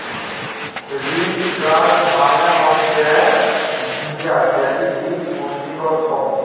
ridge gourd মালে হচ্যে ঝিঙ্গা যেটি ইক পুষ্টিকর সবজি